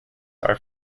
are